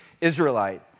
Israelite